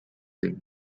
things